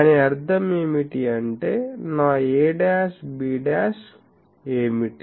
దాని అర్ధం ఏమిటి అంటే నా a' b' ఏమిటి